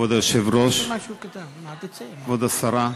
כבוד היושב-ראש, כבוד השרה,